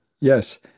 Yes